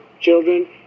children